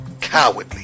cowardly